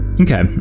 Okay